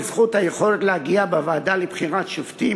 בזכות היכולת להגיע בוועדה לבחירת שופטים